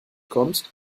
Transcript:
kommst